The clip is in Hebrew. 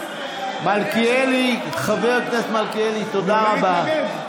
מלכיאלי, חבר הכנסת מלכיאלי, תודה רבה.